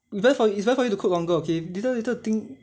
you bette~ it's better for you to cook longer okay later later the thing